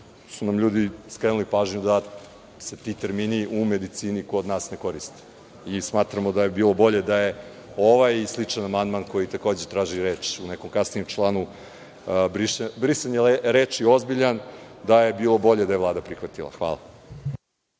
su nam ljudi skrenuli pažnju da se ti termini u medicini kod nas ne koriste. Smatramo da bi bilo bolje da je ovaj i sličan amandman, koji, takođe, traži reč u nekom kasnijem članu brisanje reči „ozbiljan“, Vlada prihvatila. Hvala.